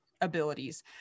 abilities